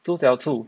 猪脚醋